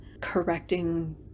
correcting